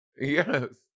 yes